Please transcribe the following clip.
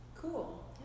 Cool